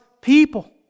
people